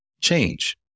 Change